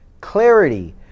Clarity